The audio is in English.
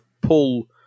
pull